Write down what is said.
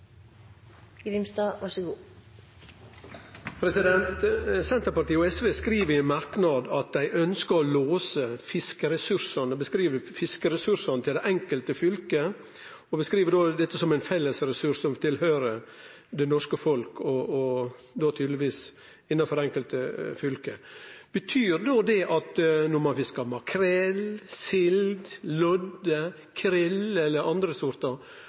Senterpartiet og SV skriv i ein merknad at dei ønskjer å låse fiskeressursane til det enkelte fylket, og beskriv dette som ein felles ressurs, som høyrer til det norske folk – og då tydelegvis innanfor det enkelte fylket. Betyr det at når ein fiskar makrell, sild, lodde, krill eller andre sortar,